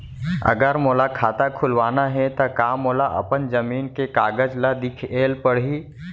अगर मोला खाता खुलवाना हे त का मोला अपन जमीन के कागज ला दिखएल पढही?